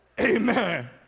Amen